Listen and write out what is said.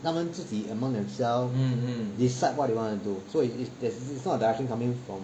他们自己 among themselves decide what they want to do so it is not a direction coming from